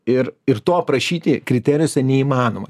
ir ir to aprašyti kriterijuose neįmanoma